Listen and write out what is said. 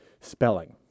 spelling